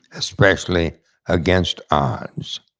especially against odds.